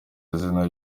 izina